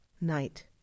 night